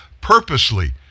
purposely